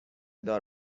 دار